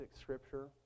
scripture